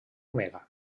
omega